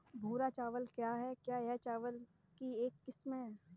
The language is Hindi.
भूरा चावल क्या है? क्या यह चावल की एक किस्म है?